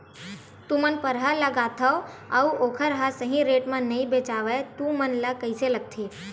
तू मन परहा लगाथव अउ ओखर हा सही रेट मा नई बेचवाए तू मन ला कइसे लगथे?